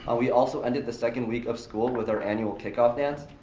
ah we also ended the second week of school with our annual kick-off dance.